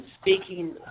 speaking